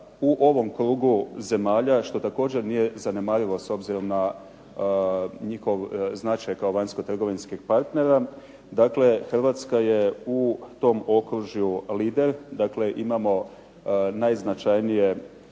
u ovom krugu zemalja, što također nije zanemarivo s obzirom na njihov značaj kao vanjskotrgovinskih partnera. Dakle Hrvatska je u tom okružju lider, dakle imamo najznačajnije